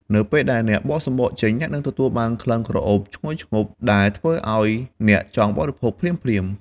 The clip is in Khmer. នៅពេលដែលអ្នកបកសម្បកចេញ អ្នកនឹងទទួលបានក្លិនក្រអូបឈ្ងុយឈ្ងប់ដែលធ្វើឱ្យអ្នកចង់បរិភោគភ្លាមៗ។